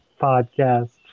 podcast